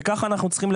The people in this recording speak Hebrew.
ככה אנחנו צריכים,